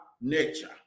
nature